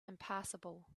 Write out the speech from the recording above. impassable